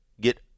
get